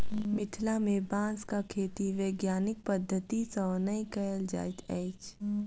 मिथिला मे बाँसक खेती वैज्ञानिक पद्धति सॅ नै कयल जाइत अछि